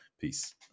Peace